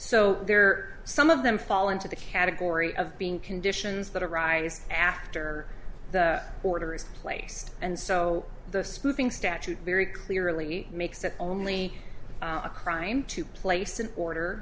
so there are some of them fall into the category of being conditions that arise after the order is placed and so the spoofing statute very clearly makes it only a crime to place an order